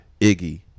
Iggy